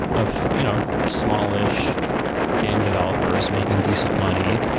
of you know smallish game developers making decent money,